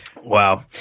Wow